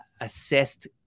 assessed